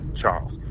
Charles